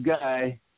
guy